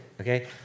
okay